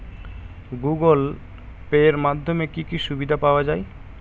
Google Pay এর মাধ্যমে কি কি সুবিধা পাওয়া যায়?